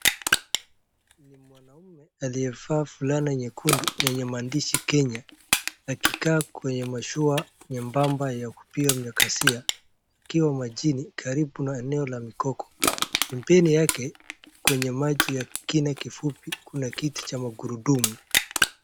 Ni mwanaume aliyevaa fulana nyekundu yenye maandishi Kenya, akikaa kwenye mashua nyembamba ya kupiga makasia akiwa chini karibu na eneo la mogogo, pembeni yake kwenye maji ya kina kifupi, kuna kiti cha magurudumu.